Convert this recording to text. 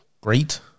great